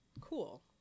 cool